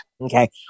Okay